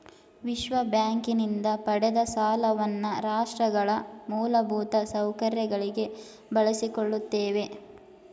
ವಿಶ್ವಬ್ಯಾಂಕಿನಿಂದ ಪಡೆದ ಸಾಲವನ್ನ ರಾಷ್ಟ್ರಗಳ ಮೂಲಭೂತ ಸೌಕರ್ಯಗಳಿಗೆ ಬಳಸಿಕೊಳ್ಳುತ್ತೇವೆ